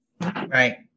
Right